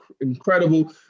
incredible